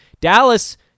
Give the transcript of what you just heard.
Dallas